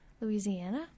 Louisiana